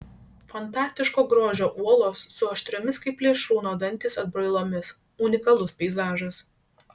fantastiško grožio uolos su aštriomis kaip plėšrūno dantys atbrailomis unikalus peizažas